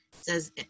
says